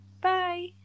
bye